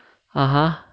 (uh huh)